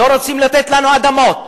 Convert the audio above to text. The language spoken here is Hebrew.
לא רוצים לתת לנו אדמות.